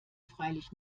freilich